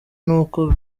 n’uko